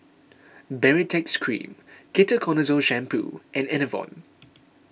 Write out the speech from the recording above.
Baritex Cream Ketoconazole Shampoo and Enervon